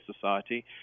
Society